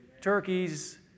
turkeys